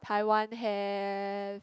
Taiwan have